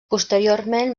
posteriorment